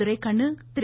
Duraikannu Thiru